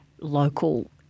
local